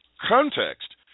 context